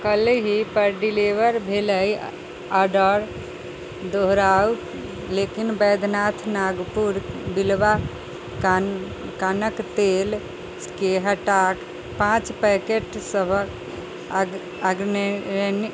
कल्हिपर deliver भेलै order दोहराउ लेकिन बैद्यनाथ नागपुर बिल्वा कान कानके तेलके हटा पाँच पैकेटसब आगेनि